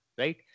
right